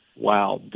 wow